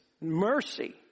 mercy